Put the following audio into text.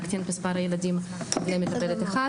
להקטין את מספר הילדים למטפלת אחת.